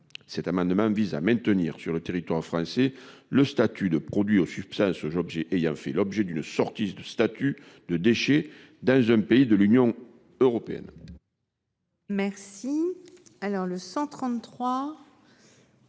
Cet amendement vise à maintenir sur le territoire français le statut de produits pour les substances ou objets ayant fait l'objet d'une sortie du statut de déchet dans un pays de l'Union européenne.